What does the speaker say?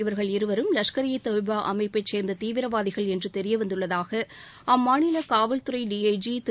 இவர்கள் இருவரும் லஷ்கர் இ தொய்பா அமைப்பைச் சேர்ந்த தீவிரவாதிகள் என்று தெரியவந்துள்ளதாக அம்மாநில காவல்துறை டிஐஜி திரு